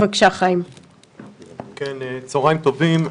צהריים טובים.